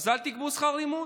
לא תגבו שכר לימוד.